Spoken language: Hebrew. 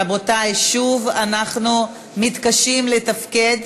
רבותי, שוב אנחנו מתקשים לתפקד.